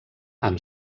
amb